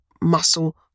muscle